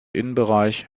innenbereich